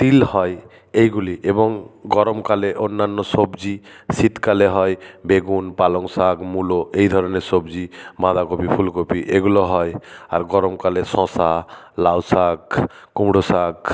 তিল হয় এইগুলি এবং গরমকালে অন্যান্য সবজি শীতকালে হয় বেগুন পালং শাক মুলো এই ধরনের সবজি বাঁধাকপি ফুলকপি এগুলো হয় আর গরমকালে শসা লাউ শাক কুমড়ো শাক